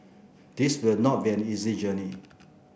this will not be an easy journey